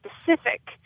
specific